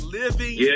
living